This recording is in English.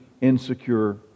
insecure